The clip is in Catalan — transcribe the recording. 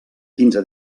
quinze